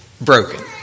broken